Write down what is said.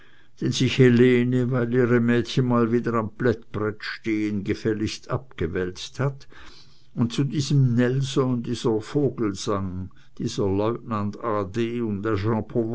den sich helene weil ihre mädchen mal wieder am plättbrett stehen gefälligst abgewälzt hat und zu diesem nelson dieser vogelsang dieser lieutenant a d